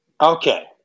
Okay